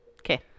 Okay